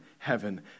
heaven